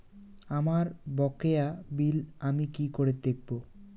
আমার বকেয়া বিল আমি কি করে দেখব?